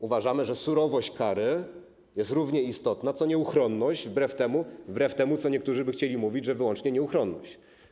Uważamy, że surowość kary jest równie istotna co nieuchronność, wbrew temu, co niektórzy by chcieli mówić, że chodzi wyłącznie o nieuchronność.